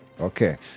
Okay